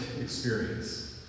experience